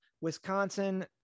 wisconsin